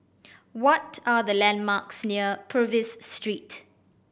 what are the landmarks near Purvis Street